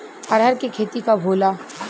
अरहर के खेती कब होला?